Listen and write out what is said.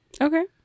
Okay